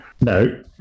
No